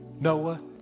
Noah